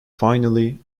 finally